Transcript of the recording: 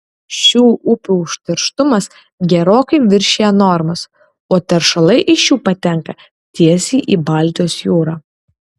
šių upių užterštumas gerokai viršija normas o teršalai iš jų patenka tiesiai į baltijos jūrą